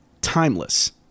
timeless